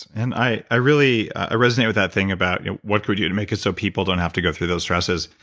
and i i really ah resonate with that thing about what could we do to make it so people don't have to go through those stresses.